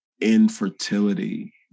infertility